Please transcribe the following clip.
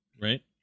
right